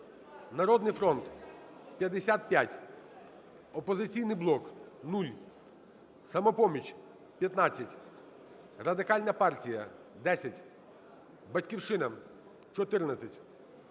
"Народний фронт" – 55, "Опозиційний блок" – 0, "Самопоміч" – 15, Радикальна партія – 10, "Батьківщина" – 14,